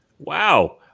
Wow